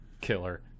Killer